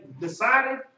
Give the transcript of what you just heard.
decided